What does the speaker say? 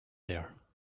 there